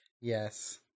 Yes